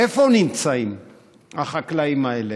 איפה נמצאים החקלאים האלה?